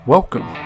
Welcome